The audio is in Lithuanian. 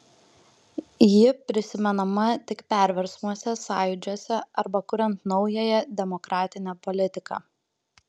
ji prisimenama tik perversmuose sąjūdžiuose arba kuriant naująją demokratinę politiką